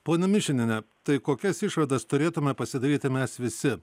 pone mišiniene tai kokias išvadas turėtume pasidaryti mes visi